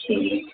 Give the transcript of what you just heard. ਠੀਕ